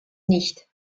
nicht